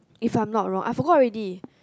if I am not wrong I forgot already